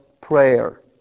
prayer